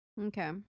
Okay